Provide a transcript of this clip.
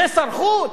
זה שר חוץ?